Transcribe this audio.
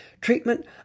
treatment